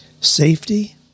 Safety